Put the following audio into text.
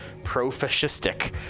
pro-fascistic